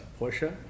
Porsche